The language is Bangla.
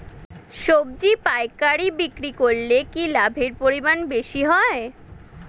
সবজি পাইকারি বিক্রি করলে কি লাভের পরিমাণ বেশি হয়?